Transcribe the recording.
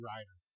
Rider